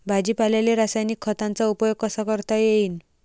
भाजीपाल्याले रासायनिक खतांचा उपयोग कसा करता येईन?